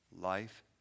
life